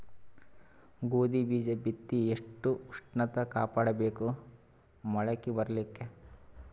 ಗೋಧಿ ಬೀಜ ಬಿತ್ತಿ ಎಷ್ಟ ಉಷ್ಣತ ಕಾಪಾಡ ಬೇಕು ಮೊಲಕಿ ಬರಲಿಕ್ಕೆ?